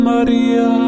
Maria